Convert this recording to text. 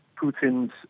Putin's